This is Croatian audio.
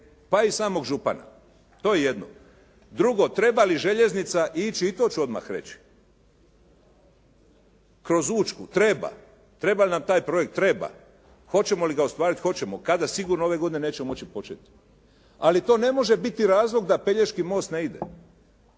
pa i samog župana. To je jedno. Drugo, treba li željeznica ići i to ću odmah reći, kroz Učku. Treba. Treba nam taj projekt. Treba. Hoćemo li ga ostvariti? Hoćemo. Kada. Sigurno ove godine nećemo moći početi. Ali to ne može biti razlog da Pelješki most ne ide.